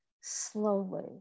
slowly